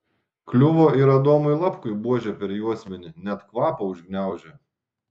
kliuvo ir adomui lapkui buože per juosmenį net kvapą užgniaužė